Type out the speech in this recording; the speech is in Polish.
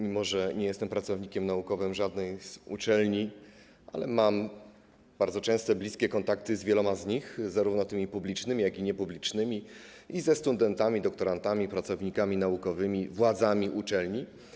Mimo że nie jestem pracownikiem naukowym żadnej z uczelni, to jednak mam bardzo często bliskie kontakty z wieloma z nich, zarówno z tymi publicznymi, jak i niepublicznymi, ze studentami, z doktorantami, pracownikami naukowymi i władzami uczelni.